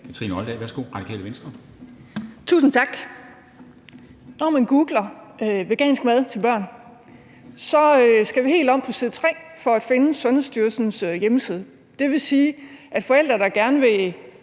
Kathrine Olldag (RV): Tusind tak. Når man googler vegansk mad til børn, skal man helt om på side 3 for at finde Sundhedsstyrelsens hjemmeside. Det vil sige, at forældre, der gerne vil